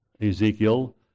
Ezekiel